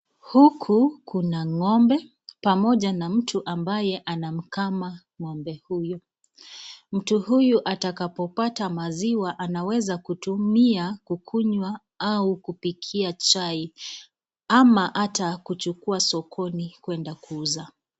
Huku kuna ng'ombe, pamoja na mtu ambaye anamkama ng'ombe huyu, mtu hutu atakapopata maziwa anaweza kutumia kukunywa au kupikia chai, ama ata kuchukua sokoni kwenda kuuza.